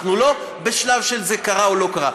אנחנו לא בשלב של "זה קרה" או "לא קרה".